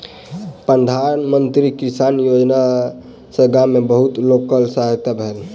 प्रधान मंत्री किसान योजना सॅ गाम में बहुत लोकक सहायता भेल